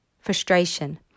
frustration